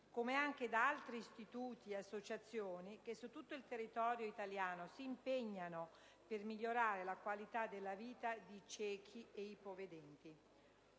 come anche da altri istituti e associazioni che su tutto il territorio italiano si impegnano per migliorare la qualità della vita di ciechi e ipovedenti.